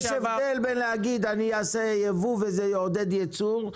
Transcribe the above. יש הבדל בין להגיד אני אעשה ייבוא וזה יעודד ייצור,